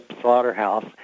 slaughterhouse